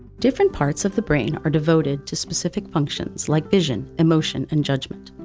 different parts of the brain are devoted to specific functions like vision, emotion, and judgment,